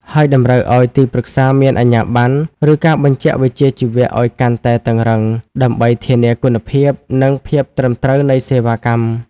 ហើយតម្រូវឱ្យទីប្រឹក្សាមានអាជ្ញាប័ណ្ណ ឬការបញ្ជាក់វិជ្ជាជីវៈអោយកាន់តែតឹងរ៉ឹង ដើម្បីធានាគុណភាព និងភាពត្រឹមត្រូវនៃសេវាកម្ម។